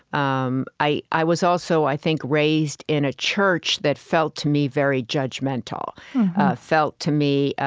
um i i was also, i think, raised in a church that felt, to me, very judgmental felt, to me,